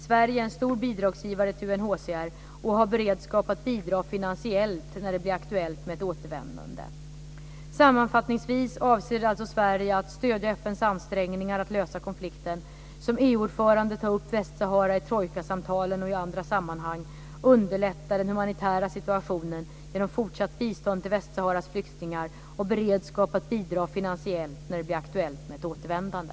Sverige är en stor bidragsgivare till UNHCR och har beredskap att bidra finansiellt när det blir aktuellt med ett återvändande. Sammanfattningsvis avser alltså Sverige att - stödja FN:s ansträngningar att lösa konflikten, - som EU-ordförande ta upp Västsahara i trojkasamtalen och i andra sammanhang och - underlätta den humanitära situationen genom fortsatt bistånd till Västsaharas flyktingar och ha beredskap att bidra finansiellt när det blir aktuellt med ett återvändande.